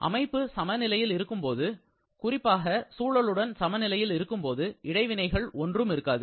அமைப்பு சமநிலையில் இருக்கும்போது குறிப்பாக சூழலுடன் சமநிலையில் இருக்கும்போது இடைவினைகள் ஒன்றும் இருக்காது